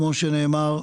כמו שנאמר,